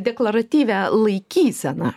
deklaratyvią laikyseną